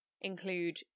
include